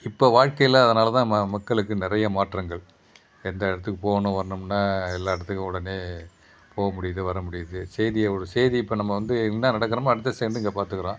இப்போது வாழ்க்கையில அதனால் தான் மக்களுக்கு நிறைய மாற்றங்கள் எந்த இடத்துக்கு போகணும் வரணும்னா எல்லா எடத்துக்கும் உடனே போக முடியுது வர முடியுது செய்தியை ஒரு செய்தி இப்போ நம்ம வந்து என்ன நடக்கிறோமோ அடுத்த செகண்ட்டு இங்கே பாத்துக்கிறோம்